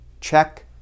Check